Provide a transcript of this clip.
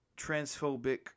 transphobic